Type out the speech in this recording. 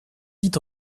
dit